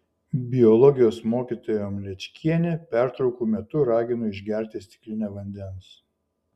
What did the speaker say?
biologijos mokytoja mlečkienė pertraukų metu ragino išgerti stiklinę vandens